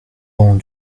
bancs